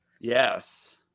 Yes